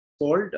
called